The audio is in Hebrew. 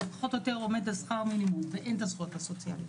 זה פחות או יותר עומד על שכר מינימום ואין את הזכויות הסוציאליות.